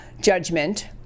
judgment